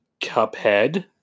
Cuphead